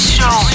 Show